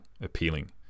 appealing